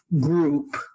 group